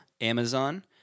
Amazon